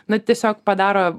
na tiesiog padaro